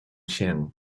się